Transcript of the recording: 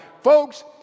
Folks